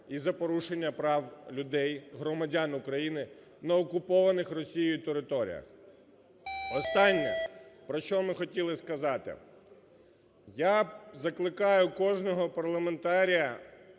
і за порушення прав людей, громадян України на окупованих Росією територіях. Останнє, про що ми хотіли сказати. Я закликаю кожного парламентарія,